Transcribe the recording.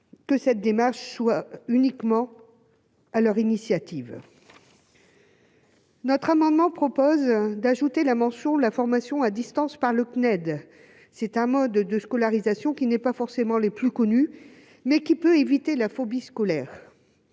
que cette démarche soit uniquement à leur initiative. Notre amendement propose d'ajouter la mention de la formation à distance par le CNED, c'est un mode de scolarisation, qui n'est pas forcément les plus connus, mais qui peut éviter la phobie scolaire